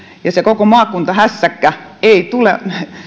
ja koko maakuntahässäkkä ei tule